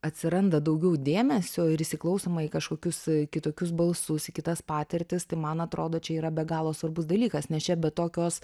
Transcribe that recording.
atsiranda daugiau dėmesio ir įsiklausoma į kažkokius kitokius balsus į kitas patirtis tai man atrodo čia yra be galo svarbus dalykas nes čia be tokios